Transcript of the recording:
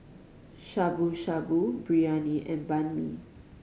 Shabu Shabu Biryani and Banh Mi